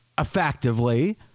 Effectively